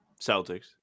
Celtics